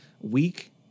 week